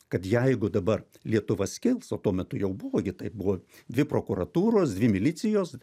kad jeigu dabar lietuva skils o tuo metu jau buvo gi taip buvo dvi prokuratūros dvi milicijos